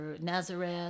Nazareth